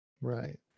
Right